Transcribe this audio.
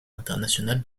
international